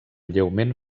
lleument